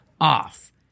off